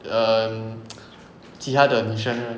err 其他的女生呢